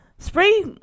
Spray